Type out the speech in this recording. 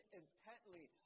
intently